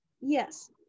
Yes